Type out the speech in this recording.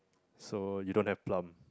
so you don't have plum